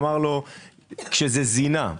אמר לו שזה זינה.